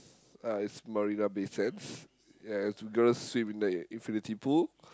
uh it's Marina-Bay-Sands yes we gonna swim in the infinity pool